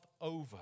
over